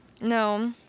No